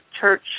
church